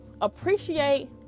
Appreciate